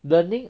learning